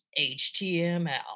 HTML